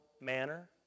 manner